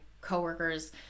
coworkers